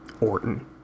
Orton